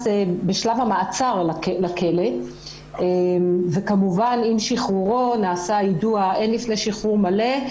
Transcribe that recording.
בשלב המעצר לכלא וכמובן עם שחרורו נעשה יידוע הן לפני שחרור מלא,